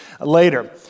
later